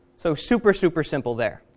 so super, super simple there.